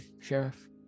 sheriff